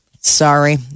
sorry